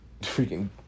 Freaking